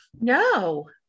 No